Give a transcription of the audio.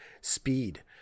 Speed